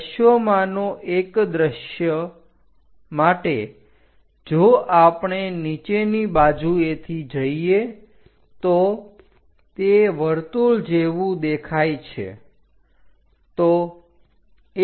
દ્રશ્યોમાંનો એક દ્રશ્ય માટે જો આપણે નીચેની બાજુએથી જોઈએ તો તે વર્તુળ જેવુ દેખાય છે